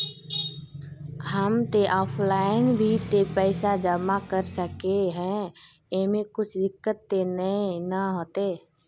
हम ते ऑफलाइन भी ते पैसा जमा कर सके है ऐमे कुछ दिक्कत ते नय न होते?